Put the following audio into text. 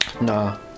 Nah